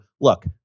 look